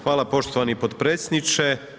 Hvala poštovani potpredsjedniče.